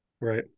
Right